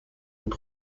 und